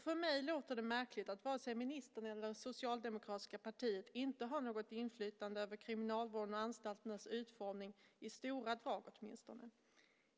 För mig låter det märkligt att varken ministern eller det socialdemokratiska partiet har något inflytande över kriminalvården och anstalternas utformning, i stora drag åtminstone.